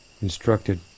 instructed